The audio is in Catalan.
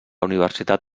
universitat